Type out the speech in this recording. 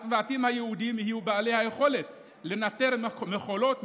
לצוותים הייעודיים תהיה היכולת לנטר מכולות,